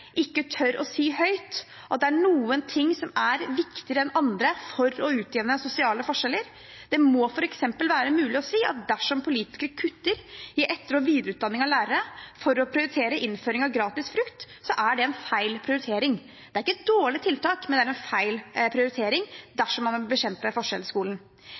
ikke tør å si høyt at noen ting er viktigere enn andre for å utjevne sosiale forskjeller. Det må f.eks. være mulig å si at dersom politikere kutter i etter- og videreutdanning av lærere for å prioritere innføring av gratis frukt, er det en feil prioritering. Det er ikke et dårlig tiltak, men en feil prioritering dersom man vil bekjempe forskjellsskolen.